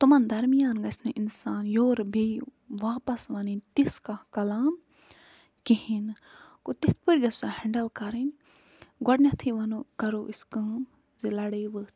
تِمَن درمیان گژھِ نہٕ اِنسان یورٕ بیٚیہِ واپَس وَنٕنۍ تِژھ کانٛہہ کلام کِہیٖنۍ نہٕ گوٚو تِتھ پٲٹھۍ گژھِ سُہ ہٮ۪نڈٕل کَرٕنۍ گۄڈٕنٮ۪تھٕے وَنَو کَرَو أسۍ کٲم زِ لڑٲے ؤژھ